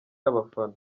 y’abafana